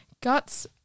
Guts